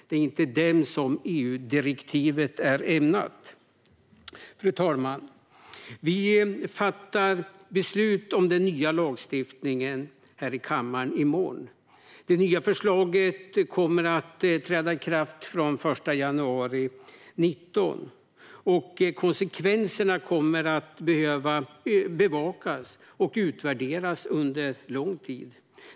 Det är inte för dem som EU-direktivet är ämnat. Fru talman! Vi ska fatta beslut om den nya lagstiftningen här i kammaren i morgon. Det nya förslaget kommer att träda i kraft från och med den 1 januari 2019. Konsekvenserna kommer att behöva bevakas och utvärderas under lång tid.